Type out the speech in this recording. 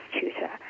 tutor